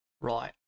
Right